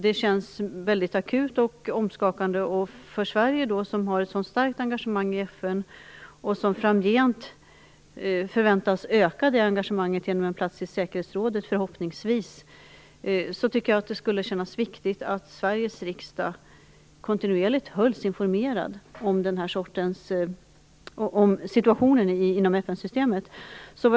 Det känns väldigt akut och omskakande. Eftersom Sverige har ett sådant starkt engagemang i FN och framgent förväntas öka det engagemanget genom en plats i säkerhetsrådet - förhoppningsvis - tycker jag att det skulle vara bra om Sveriges riksdag kontinuerligt hölls informerad om situationen inom FN-systemet.